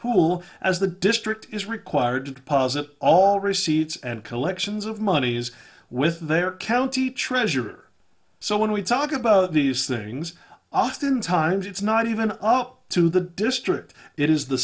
pool as the district is required to deposit all receipts and collections of monies with their county treasurer so when we talk about these things oftentimes it's not even up to the district it is the